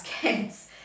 kids